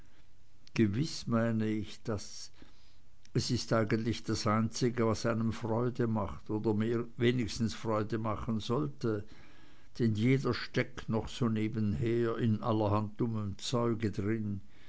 gewiß meine ich das es ist eigentlich das einzige was einem freude macht oder wenigstens freude machen sollte denn jeder steckt noch so nebenher in allerhand dummem zeuge drin